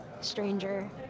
stranger